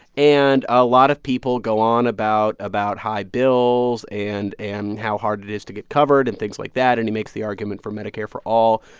and a lot of people go on about about high bills and and how hard it is to get covered and things like that, and he makes the argument for medicare for all.